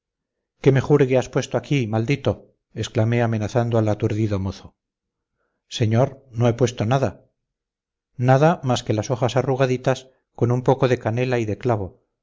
qué menjurgue has puesto aquí maldito exclamé amenazando al aturdido mozo señor no he puesto nada nada más que las hojas arrugaditas con un poco de canela y de clavo